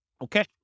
Okay